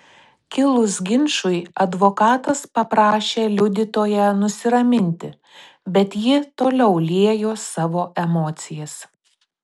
kilus ginčui advokatas paprašė liudytoją nusiraminti bet ji toliau liejo savo emocijas